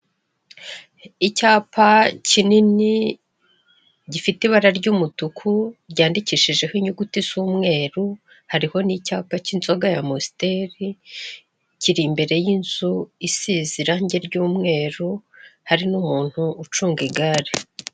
Icyapa kinini gifite ibara ry'umutuku ryandikishijeho inyuguti z'umweru, hariho n'icyapa cy'inzoga ya amusiteri, kiri imbere y'inzu isize irange ry'umweru, hari n'umuntu ucunga igare.